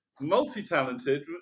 multi-talented